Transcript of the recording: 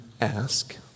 Ask